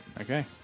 Okay